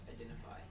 identify